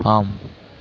ஆம்